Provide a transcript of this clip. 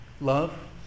Love